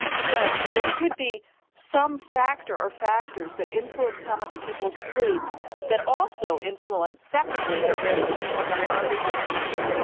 so there could be some factor or factors that influence how much people sleep that also influence separately the risk of coronary artery disease.